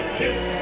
kiss